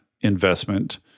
investment –